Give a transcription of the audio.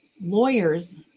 lawyers